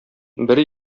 бер